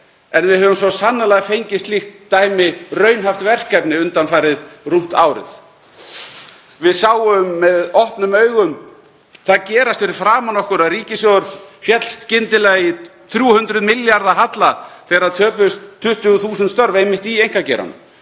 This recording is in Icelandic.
en við höfum svo sannarlega fengið slíkt dæmi, raunhæft verkefni, undanfarið rúmt árið. Við sáum með opnum augum það gerast fyrir framan okkur að ríkissjóður féll skyndilega í 300 milljarða kr. halla þegar töpuðust 20.000 störf einmitt í einkageiranum.